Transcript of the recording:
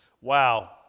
Wow